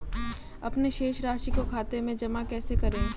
अपने शेष राशि को खाते में जमा कैसे करें?